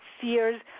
fears